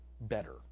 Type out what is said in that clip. better